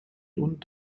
und